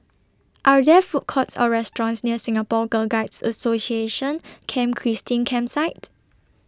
Are There Food Courts Or restaurants near Singapore Girl Guides Association Camp Christine Campsite